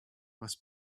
was